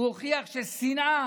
ששנאה